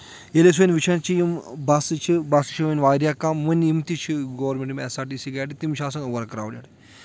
ییٚلہِ أسۍ وۄنۍ وٕچھان چھِ یِم بَسہٕ چھِ بَسہٕ چھِ وۄنۍ واریاہ کَم وۄنۍ یِم تہِ چھِ گورمیٚنٹ یِم ایٚس آر ٹی سی گاڑِ تِم چھِ آسان اُوَر کرٛاوڈٕڑ